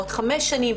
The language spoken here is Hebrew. בעוד חמש שנים,